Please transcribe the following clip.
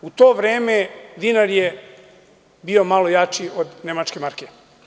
U to vreme dinar je bio malo jači od nemačke marke.